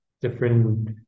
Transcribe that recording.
different